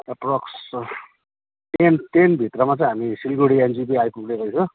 approx ten टेनभित्रमा चाहिँ हामी सिलगढी एनजेपी आइपुग्ने रहेछ